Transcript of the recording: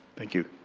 thank you.